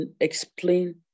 explain